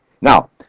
Now